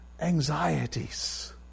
anxieties